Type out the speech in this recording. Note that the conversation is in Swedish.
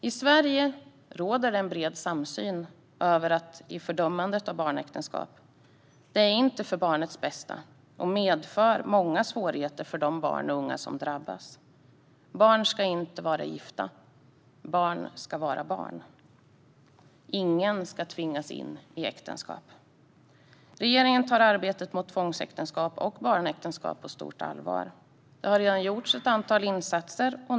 I Sverige råder en bred samsyn i fördömandet av barnäktenskap. Barnäktenskap och tvångsäktenskap är inte för barnets bästa och medför många svårigheter för de barn och unga som drabbas. Barn ska inte vara gifta; barn ska vara barn. Ingen ska tvingas in i äktenskap. Regeringen tar arbetet mot tvångsäktenskap och barnäktenskap på stort allvar, och det har redan gjorts ett antal insatser.